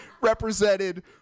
represented